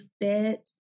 fit